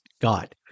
God